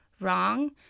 wrong